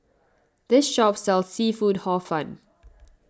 this shop sells Seafood Hor Fun